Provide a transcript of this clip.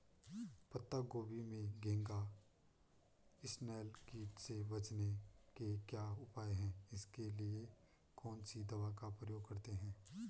पत्ता गोभी में घैंघा इसनैल कीट से बचने के क्या उपाय हैं इसके लिए कौन सी दवा का प्रयोग करते हैं?